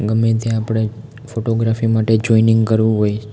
ગમે ત્યાં આપણે ફોટોગ્રાફી માટે જોઈનિંગ કરવું હોય